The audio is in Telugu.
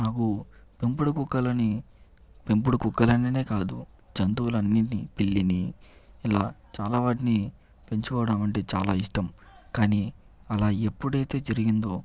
నాకు ఎప్పుడు కుక్కలని పెంపుడు కుక్కలనినే కాదు జంతువులన్నింటి పిల్లిని ఇలా చాలా వాటిని పెంచుకోవడం అంటే చాలా ఇష్టం కానీ అలా ఎప్పుడైతే జరిగిందో